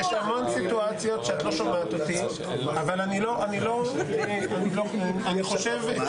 אבל יש כאלה שיודעים לרקוד על הדם ואני מצר על כך.